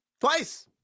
Twice